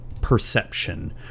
perception